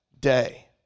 day